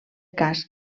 cas